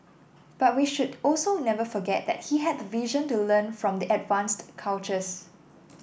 but we should also never forget that he had the vision to learn from the advanced cultures